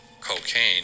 cocaine